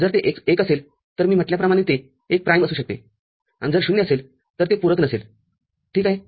जर ते १ असेल तर मी म्हटल्याप्रमाणे ते एक प्राइम असू शकतेआणि जर ० असेल तर ते पूरक नसेल ठीक आहे